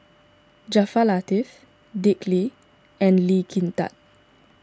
Jaafar Latiff Dick Lee and Lee Kin Tat